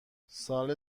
سال